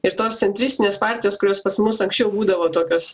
ir tos centristinės partijos kurios pas mus anksčiau būdavo tokios